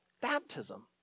baptism